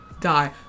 die